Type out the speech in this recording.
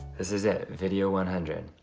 this is it, video one hundred.